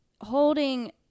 holding